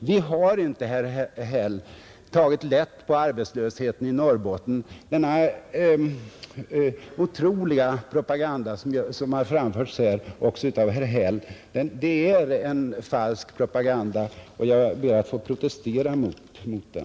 Vi har inte, herr Häll, tagit lätt på arbetslösheten i Norrbotten. Den otroliga propaganda som bedrivits och som framförts här också av herr Häll är en falsk propaganda och jag ber att få protestera mot den.